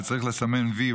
שצריך לסמן וי,